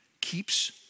keeps